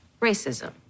racism